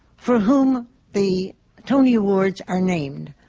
for whom the tony awards are named.